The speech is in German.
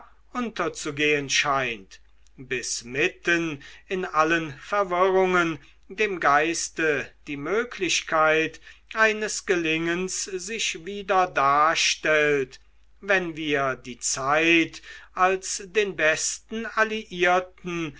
unterzugehen scheint bis mitten in allen verwirrungen dem geiste die möglichkeit eines gelingens sich wieder darstellt wenn wir die zeit als den besten alliierten